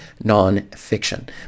non-fiction